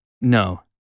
No